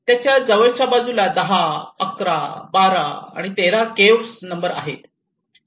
त्याच्या जवळच्या बाजूला 10 11 12 आणि 13 केव्ह नंबर आहेत